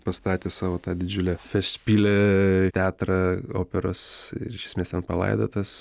pastatęs savo tą didžiulę festspiele teatrą operos ir iš esmės ten palaidotas